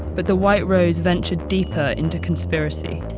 but the white rose ventured deeper into conspiracy.